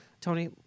Tony